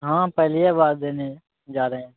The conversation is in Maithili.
हँ पहलिये बार देने जा रहे है